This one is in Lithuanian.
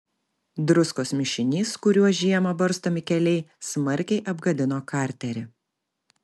druskos mišinys kuriuo žiemą barstomi keliai smarkiai apgadino karterį